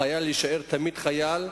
חייל יישאר תמיד חייל,